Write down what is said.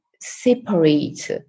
separate